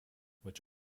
which